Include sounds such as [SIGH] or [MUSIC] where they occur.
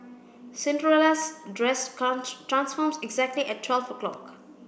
Cinderella's dress [UNINTELLIGIBLE] transforms exactly at twelve o'clock